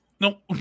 Nope